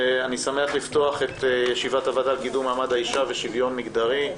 אני שמח לפתוח את ישיבת הוועדה לקידום מעמד האישה ושוויון מגדרי.